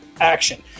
action